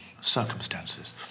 circumstances